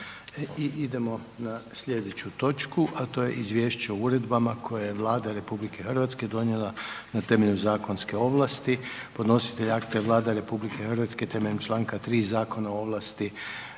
idemo na slijedeću točku, a to je izvješće o uredbama koje je Vlada RH donijela na temelju zakonske ovlasti. Podnositelj akta je Vlada RH temeljem članka 3. Zakona o ovlasti